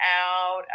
out